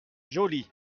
jolie